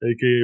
aka